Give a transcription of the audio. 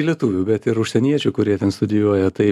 lietuvių ir užsieniečių kurie ten studijuoja tai